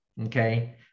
okay